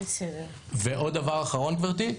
ועוד דבר אחרון גבירתי,